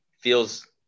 feels